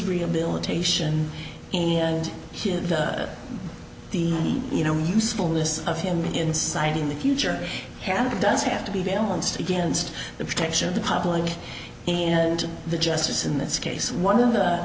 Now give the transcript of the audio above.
rehabilitation and his the you know usefulness of him inside in the future hanna does have to be valence against the protection of the public and the justice in this case one of the